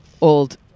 Old